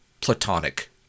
platonic